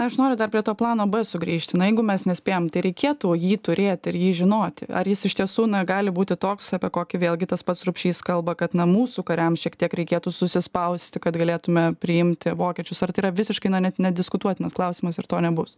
aš noriu dar prie to plano b sugrįžti na jeigu mes nespėjam tai reikėtų jį turėti ir jį žinoti ar jis iš tiesų gali būti toks apie kokį vėlgi tas pats rupšys kalba kad na mūsų kariams šiek tiek reikėtų susispausti kad galėtume priimti vokiečius ar tai yra visiškai na net nediskutuotinas klausimas ir to nebus